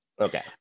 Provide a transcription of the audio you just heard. Okay